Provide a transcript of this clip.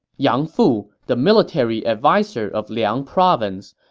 yang fu, the military adviser of liang province,